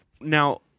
Now